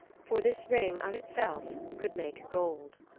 for this ring of itself could make gold.